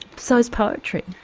so is poetry.